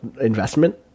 investment